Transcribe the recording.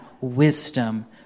wisdom